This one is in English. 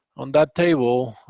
on that table,